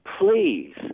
please